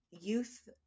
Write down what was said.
Youth